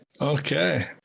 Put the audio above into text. Okay